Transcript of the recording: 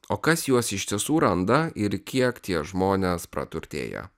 o kas juos iš tiesų randa ir kiek tie žmonės praturtėja